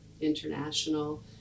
international